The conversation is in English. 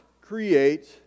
create